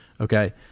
Okay